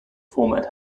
format